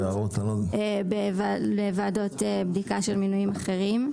הוראות דומות בוועדות בדיקה של מינויים אחרים.